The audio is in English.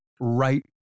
right